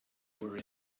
were